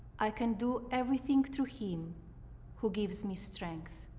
i can do everything through him who gives me strength.